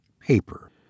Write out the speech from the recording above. paper